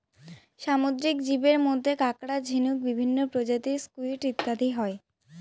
সামুদ্রিক জীবের মধ্যে কাঁকড়া, ঝিনুক, বিভিন্ন প্রজাতির স্কুইড ইত্যাদি হয়